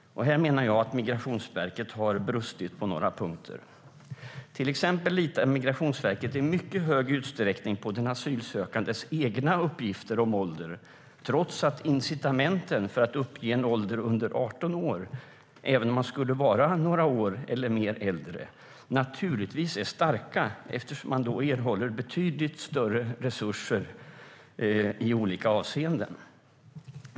Här menar jag att Migrationsverket har brustit på några punkter. Till exempel litar Migrationsverket i mycket hög utsträckning på den asylsökandes egna uppgifter om ålder, trots att incitamenten för att uppge en ålder under 18 år även om man skulle vara några år äldre eller mer naturligtvis är starka, eftersom man då erhåller betydligt större resurser i olika avseenden.